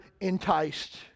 Enticed